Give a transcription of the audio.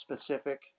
specific